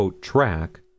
track